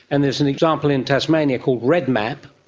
and there's an example in tasmania called redmap,